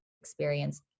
experience